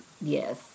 Yes